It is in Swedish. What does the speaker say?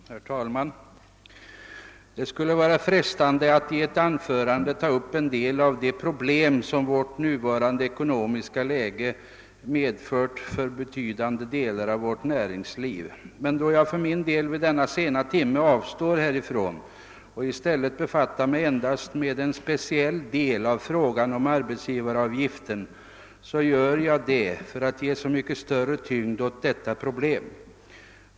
Herr talman! Det skulle vara frestande att i ett anförande ta upp de problem som vårt nuvarande ekonomiska läge medfört för betydande delar av näringslivet. Då jag för min del vid denna sena timme avstår därifrån och i stället befattar mig endast med en speciell del av frågan om arbetsgivaravgiften, gör jag det för att ge så mycket större tyngd åt detta problem.